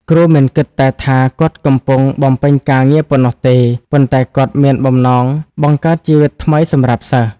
គ្រូមិនគិតតែថាគាត់កំពុង បំពេញការងារប៉ុណ្ណោះទេ ប៉ុន្តែគាត់មានបំណងបង្កើតជីវិតថ្មីសម្រាប់សិស្ស។